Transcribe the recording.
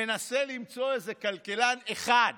מנסה למצוא איזה כלכלן אחד,